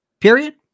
Period